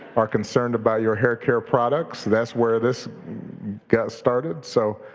are concerned about your haircare products, that's where this got started, so.